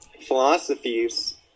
philosophies